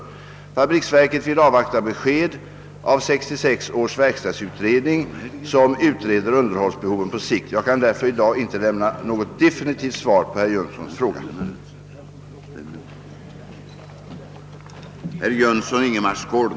Fabriksverket vill avvakta besked av 1966 års verkstadsutredning, som utreder underhållsbehoven på sikt. Jag kan därför i dag inte lämna något definitivt svar på herr Jönssons fråga.